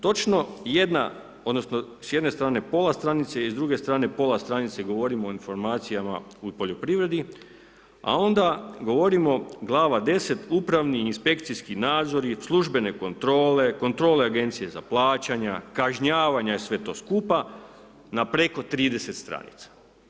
Točno jedna odnosno s jedne strane, pola stranice i s druge strane pola stranice govorimo o informacijama u poljoprivredi a onda govorimo glava 10., upravni inspekcijski nadzori, službene kontrole, kontrole agencije za plaćanja, kažnjavanja u sve to skupa na preko 30 stranica.